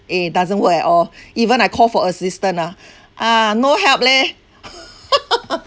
eh doesn't work at all even I call for assistant ah ah no help leh